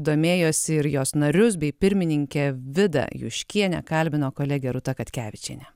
domėjosi ir jos narius bei pirmininkę vidą juškienę kalbino kolegė rūta katkevičienė